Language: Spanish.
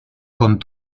con